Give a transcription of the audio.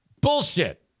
Bullshit